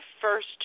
first